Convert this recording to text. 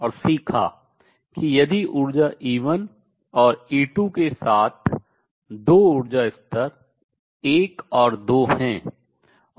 और सीखा कि यदि ऊर्जा E1 और E2 के साथ दो ऊर्जा स्तर 1 और 2 हैं